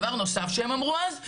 דבר נוסף שהם אמרו אז,